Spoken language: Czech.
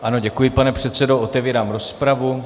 Ano, děkuji, pane předsedo, otevírám rozpravu.